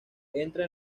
entra